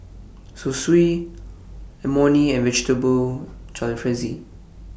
Zosui Imoni and Vegetable Jalfrezi